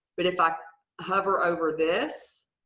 but if i hover over this,